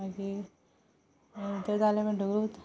मागीर तें जालें म्हणटकूच